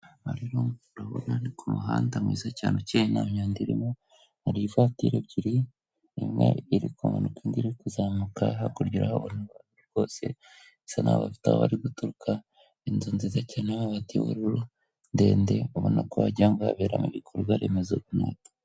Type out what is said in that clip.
Aha rero urabona ni ku muhanda mwiza cyane ukeye nta myanda irimo. Hari ivatiri ebyiri imwe iri kumanuka indi iri kuzamuka, hakurya urahabona abantu babiri rwose bisa nkaho bafite aho bari guturuka. Inzu nziza cyane y'amabati y'ubururu ndende ubona ko wagira ngo haberamo ibikorwaremezo runaka.